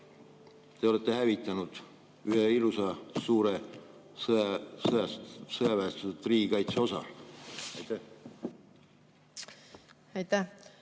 te olete hävitanud ilusa suure sõjaväestatud riigikaitse osa. Aitäh!